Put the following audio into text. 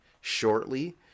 shortly